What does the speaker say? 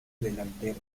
delantero